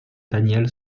daniel